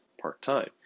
part-time